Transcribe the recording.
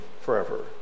forever